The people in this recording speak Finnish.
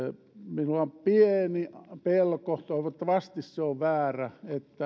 minulla on pieni pelko toivottavasti se on väärä että